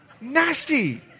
Nasty